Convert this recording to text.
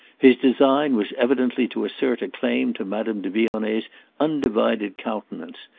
his design was evidently to assert a claim to madame de vionnet's undivided countenance,